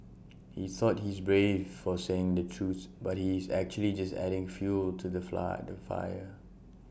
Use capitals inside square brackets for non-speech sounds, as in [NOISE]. [NOISE] he thought he's brave for saying the truth but he's actually just adding fuel to the flat the fire